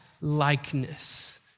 likeness